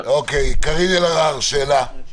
קארין אלהרר, שאלה.